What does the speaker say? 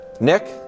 Nick